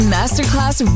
Masterclass